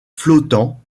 flottants